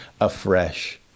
afresh